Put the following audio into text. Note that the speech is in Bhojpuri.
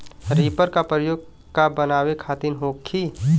रिपर का प्रयोग का बनावे खातिन होखि?